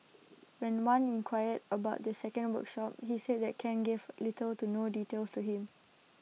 when wan inquired about the second workshop he said that Ken gave little to no details to him